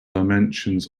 dimensions